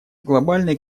глобальный